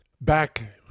Back